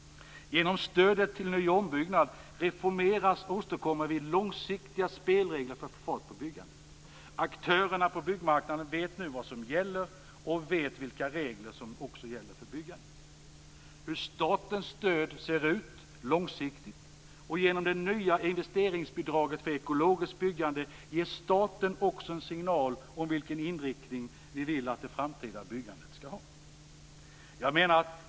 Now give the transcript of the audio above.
Genom att stödet till ny och ombyggnad reformeras åstadkommer vi långsiktiga spelregler för att få fart på byggandet. Aktörerna på byggmarknaden vet nu vad som gäller, vilka regler som gäller för byggandet och hur statens stöd ser ut långsiktigt. Genom det nya investeringsbidraget för ekologiskt byggande ger staten också en signal om vilken inriktning vi vill att det framtida byggandet skall ha.